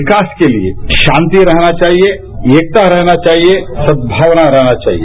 विकास के लिए शांति रहना चाहिए एकता रहना चाहिए सदभावना रहना चाहिए